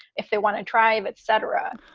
if they want to try. and etc.